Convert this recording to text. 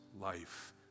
life